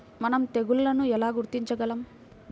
మనం తెగుళ్లను ఎలా గుర్తించగలం?